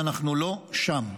ואנחנו לא שם.